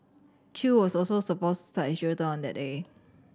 Chew was also supposed to start his jail term on that day